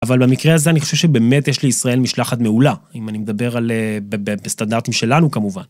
אבל במקרה הזה אני חושב שבאמת יש לישראל משלחת מעולה, אם אני מדבר בסטנדרטים שלנו כמובן.